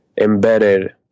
embedded